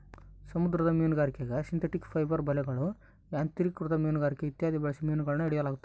ಸಮುದ್ರ ಮೀನುಗಾರಿಕ್ಯಾಗ synthetic fibre ಬಲೆಗಳು, ಯಾಂತ್ರಿಕೃತ ಮೀನುಗಾರಿಕೆ ಇತ್ಯಾದಿ ಬಳಸಿ ಮೀನುಗಳನ್ನು ಹಿಡಿಯಲಾಗುತ್ತದೆ